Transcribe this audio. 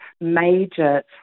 major